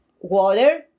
water